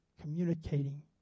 communicating